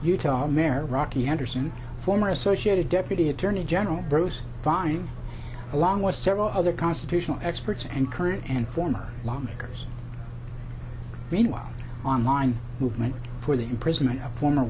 america rocky anderson former associated deputy attorney general bruce fein along with several other constitutional experts and current and former lawmakers meanwhile online movement for the imprisonment of former